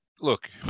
look